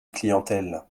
clientèle